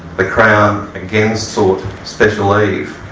the crown again sought special leave